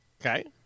Okay